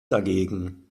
dagegen